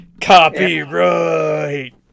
Copyright